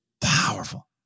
powerful